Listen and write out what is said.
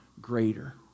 greater